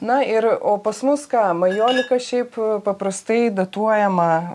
na ir o pas mus ką majolika šiaip paprastai datuojama